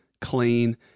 clean